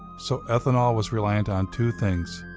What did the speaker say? so ethanol was reliant on two things.